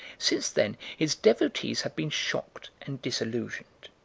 since then his devotees have been shocked and disillusioned.